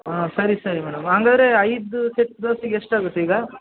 ಹಾಂ ಸರಿ ಸರಿ ಮೇಡಮ್ ಹಾಗಾರೆ ಐದು ಸೆಟ್ ದೋಸೆಗೆ ಎಷ್ಟು ಆಗುತ್ತೆ ಈಗ